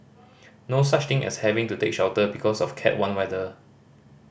no such thing as having to take shelter because of cat one weather